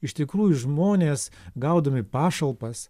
iš tikrųjų žmonės gaudami pašalpas